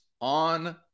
on